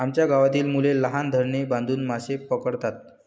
आमच्या गावातील मुले लहान धरणे बांधून मासे पकडतात